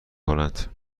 کنند